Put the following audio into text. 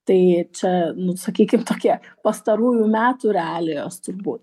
tai čia nu sakykim tokie pastarųjų metų realijos turbūt